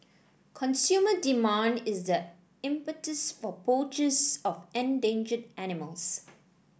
consumer demand is the impetus for poachers of endangered animals